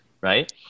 Right